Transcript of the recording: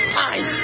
time